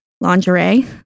lingerie